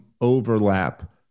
overlap